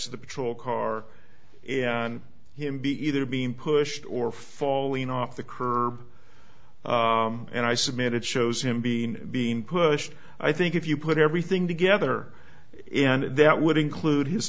to the patrol car and him be either being pushed or fall in off the curb and i submit it shows him being being pushed i think if you put everything together and that would include his